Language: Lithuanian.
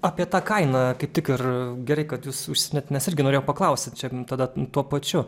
apie tą kainą kaip tik ir gerai kad jūs užsiminėt nes irgi norėjau paklausti čia tada tuo pačiu